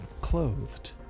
clothed